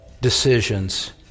decisions